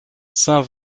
saint